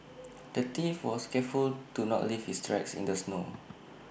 the thief was careful to not leave his tracks in the snow